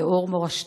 לאור מורשתם.